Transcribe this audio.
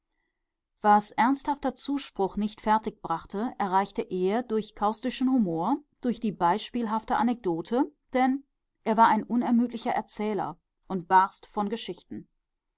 was ernsthafter zuspruch nicht fertig brachte erreichte er durch kaustischen humor durch die beispielhafte anekdote denn er war ein unermüdlicher erzähler und barst von geschichten